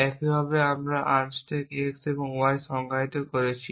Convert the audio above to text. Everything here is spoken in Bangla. একইভাবে আমরা আনস্ট্যাক x y সংজ্ঞায়িত করেছি